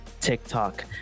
tiktok